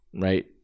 right